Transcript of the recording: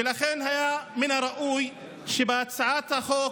ולכן מן הראוי שהצעת החוק